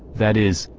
that is,